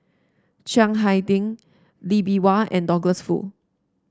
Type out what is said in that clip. Chiang Hai Ding Lee Bee Wah and Douglas Foo